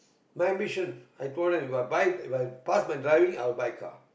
my mission I told them If I buy If I pass my driving I will buy car